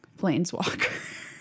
Planeswalker